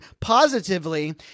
positively